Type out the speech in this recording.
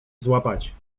złapać